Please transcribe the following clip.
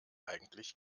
eigentlich